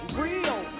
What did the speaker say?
real